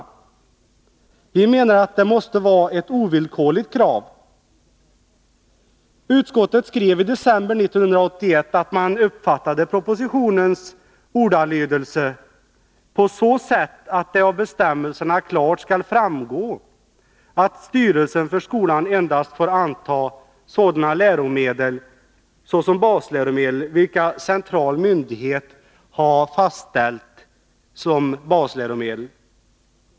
Vi menar att det måste vara fråga om ett ovillkorligt krav. Utskottet skrev i december 1981 att man uppfattade propositionens ordalydelse på så sätt att det av bestämmelserna klart skall framgå att styrelsen för skolan får anta endast sådana läromedel såsom basläromedel vilka central myndighet har fastställt som basläromedel.